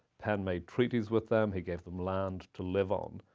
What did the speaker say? had made treaties with them. he gave them land to live on.